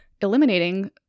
eliminating